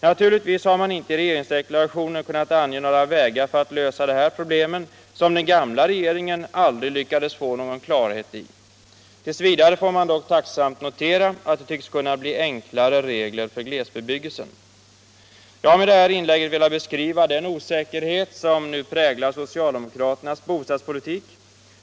Naturligtvis har man inte i regeringsdeklarationen kunnat ange några vägar för att lösa dessa problem, som den gamla regeringen aldrig lyckades få någon klarhet i. T. v. får man dock tacksamt notera att det tycks kunna bli enklare regler för glesbebyggelsen. Jag har med detta inlägg velat beskriva den osäkerhet som nu präglar socialdemokraternas bostadspolitik.